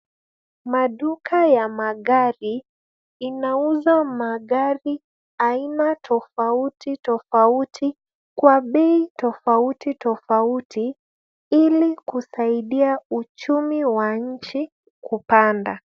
Maduka ya magari inauza magari tafauti tafauti kwa pei tafauti tafauti hili kusaidia uchumi wa nchi kupanda.